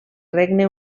regne